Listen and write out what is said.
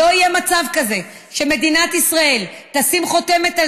לא יהיה מצב כזה שמדינת ישראל תשים חותמת על